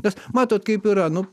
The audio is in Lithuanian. nes matot kaip yra nu